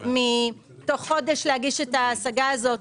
תוך חודש להגיש את ההשגה הזאת,